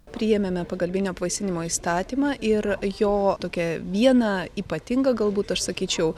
priėmėme pagalbinio apvaisinimo įstatymą ir jo tokią vieną ypatingą galbūt aš sakyčiau